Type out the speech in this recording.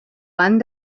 han